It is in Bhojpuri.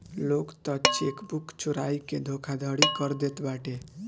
लोग तअ चेकबुक चोराई के धोखाधड़ी कर देत बाटे